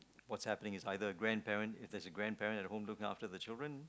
what's happening is either grandparent if there is a grandparent looking after the children